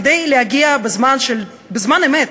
כדי להגיע בזמן אמת,